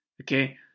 Okay